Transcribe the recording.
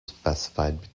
specified